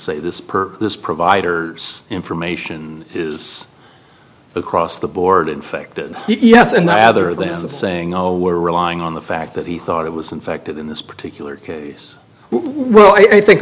say this per this providers information is across the board infected yes and i other there is a saying oh we're relying on the fact that he thought it was infected in this particular case well i think